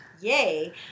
yay